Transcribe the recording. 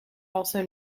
also